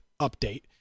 update